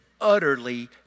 utterly